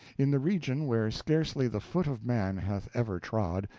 in the region where scarcely the foot of man hath ever trod,